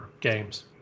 games